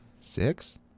Six